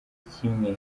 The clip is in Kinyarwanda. kimwe